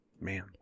Man